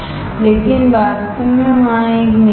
लेकिन वास्तव में वहां एक निकल है